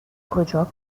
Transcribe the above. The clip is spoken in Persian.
کجا